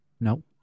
No